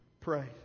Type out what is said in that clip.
pray